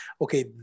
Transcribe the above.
okay